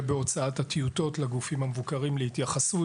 בהוצאת הטיוטות לגופים המבוקרים להתייחסות.